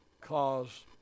cause